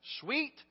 sweet